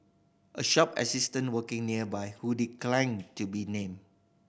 a shop assistant working nearby who declined to be named